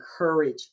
encourage